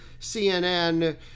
cnn